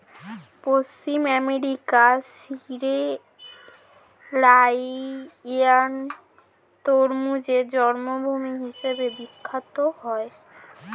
পশ্চিম আফ্রিকার সিয়েরালিওন তরমুজের জন্মভূমি হিসেবে বিখ্যাত